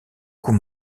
coups